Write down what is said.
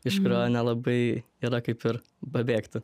iš kurio nelabai yra kaip ir pabėgti